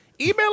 Email